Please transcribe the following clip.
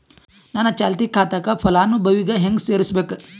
ನನ್ನ ಚಾಲತಿ ಖಾತಾಕ ಫಲಾನುಭವಿಗ ಹೆಂಗ್ ಸೇರಸಬೇಕು?